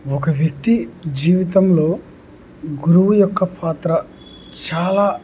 ఒక వ్యక్తి జీవితంలో గురువు యొక్క పాత్ర చాలా